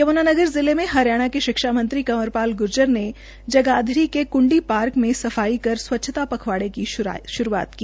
यम्नानगर जिले में हरियाणा के शिक्षा मंत्री कंवर पाल ग्र्जर ने जगाधरी के क्ंडी पार्क में सफाई कर स्वच्छता पखवाड़े का श्भारंभ किया